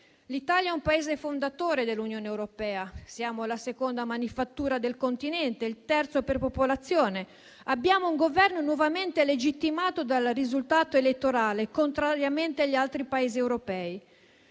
L'Italia è un Paese fondatore dell'Unione europea, siamo la seconda manifattura del continente, il terzo per popolazione, e abbiamo un Governo nuovamente legittimato dal risultato elettorale, contrariamente agli altri Paesi europei;